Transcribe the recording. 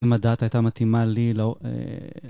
אם הדאטה הייתה מתאימה לי ל...